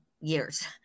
years